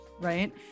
Right